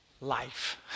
life